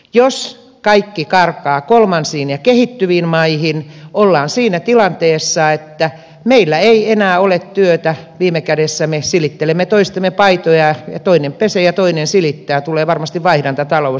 jos kaikki karkaa kolmansiin ja kehittyviin maihin ollaan siinä tilanteessa että meillä ei enää ole työtä viime kädessä me silittelemme toistemme paitoja toinen pesee ja toinen silittää tulee varmasti vaihdantatalous